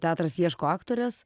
teatras ieško aktorės